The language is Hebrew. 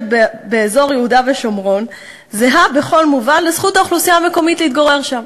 באזור יהודה ושומרון זהה בכל מובן לזכות האוכלוסייה המקומית להתגורר שם.